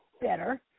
better